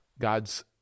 God's